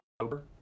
October